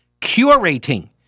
curating